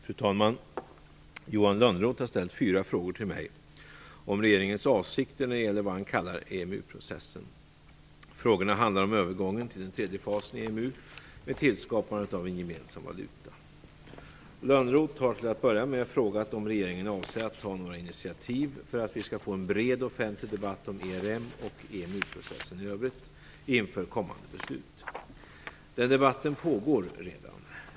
Fru talman! Johan Lönnroth har ställt fyra frågor till mig om regeringens avsikter när det gäller vad han kallar EMU-processen. Frågorna handlar om övergången till den tredje fasen i EMU med tillskapandet av en gemensam valuta. Johan Lönnroth har till att börja med frågat om regeringen avser att ta några initiativ för att vi skall få en bred offentlig debatt om ERM och EMU-processen i övrigt inför kommande beslut. Den debatten pågår redan.